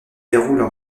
déroulent